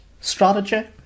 strategy